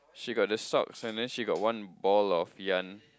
she got the socks and then she got one ball of yarn